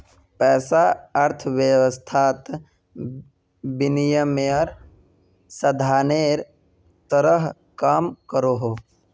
पैसा अर्थवैवस्थात विनिमयेर साधानेर तरह काम करोहो